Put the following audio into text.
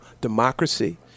democracy